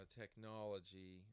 technology